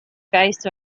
based